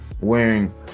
wearing